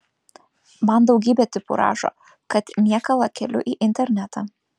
man daugybė tipų rašo kad niekalą keliu į internetą